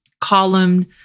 column